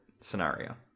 scenario